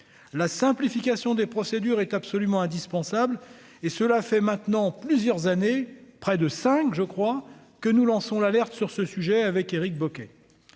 la simplification des procédures est absolument indispensable et cela fait maintenant plusieurs années, près de cinq, je crois que nous lançons l'alerte sur ce sujet avec Éric Bocquet